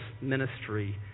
ministry